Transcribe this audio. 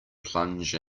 plunge